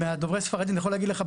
דוברי ספרדית אני יכול להגיד לך,